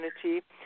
community